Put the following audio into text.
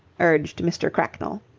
urged mr. cracknell.